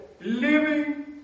living